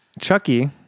Chucky